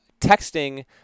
texting